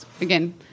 again